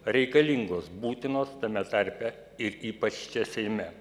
reikalingos būtinos tame tarpe ir ypač čia seime